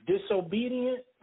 disobedient